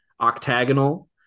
Octagonal